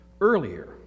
earlier